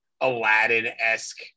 aladdin-esque